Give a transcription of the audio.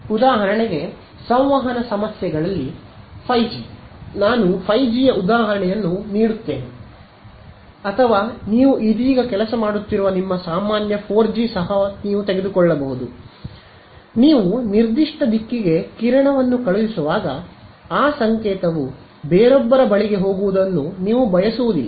ಉದಾಹರಣೆಗೆ ಸಂವಹನ ಸಮಸ್ಯೆಗಳಲ್ಲಿ 5 ಜಿ ನಾನು 5 ಜಿ ಯ ಉದಾಹರಣೆಯನ್ನು ನೀಡುತ್ತೇನೆ ಅಥವಾ ನೀವು ಇದೀಗ ಕೆಲಸ ಮಾಡುತ್ತಿರುವ ನಿಮ್ಮ ಸಾಮಾನ್ಯ 4 ಜಿ ಸಹ ನೀವು ನಿರ್ದಿಷ್ಟ ದಿಕ್ಕಿಗೆ ಕಿರಣವನ್ನು ಕಳುಹಿಸುವಾಗ ಆ ಸಂಕೇತವು ಬೇರೊಬ್ಬರ ಬಳಿಗೆ ಹೋಗುವುದನ್ನು ನೀವು ಬಯಸುವುದಿಲ್ಲ